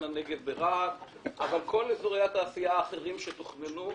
הנגב ברהט אבל כל אזורי התעשייה האחרים שתוכננו,